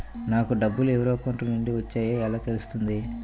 నాకు డబ్బులు ఎవరి అకౌంట్ నుండి వచ్చాయో ఎలా తెలుస్తుంది?